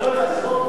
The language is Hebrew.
לבקרים